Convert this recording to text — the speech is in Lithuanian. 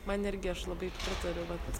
man irgi aš labai pritariu vat